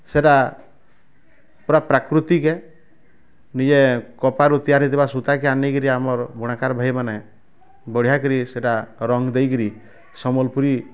ସେଟା ପୁରା ପ୍ରାକୃତିକ କେ ନିଜେ କପାରୁ ତିଆରି ହେଇଥିବା ସୁତା କେ ଆନିକିରି ଆମର୍ ବୁଣାକାର୍ ଭାଇ ମାନେ ବଢିଆ କିରି ସେଟା ରଙ୍ଗ ଦେଇ କିରି ସମ୍ବଲପୁରୀ